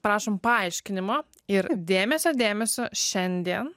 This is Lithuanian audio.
prašom paaiškinimo ir dėmesio dėmesio šiandien